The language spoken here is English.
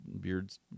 beards